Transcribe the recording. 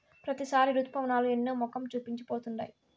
ప్రతిసారి రుతుపవనాలు ఎన్నో మొఖం చూపించి పోతుండాయి